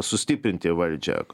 sustiprinti valdžią